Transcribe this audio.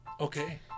Okay